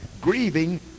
grieving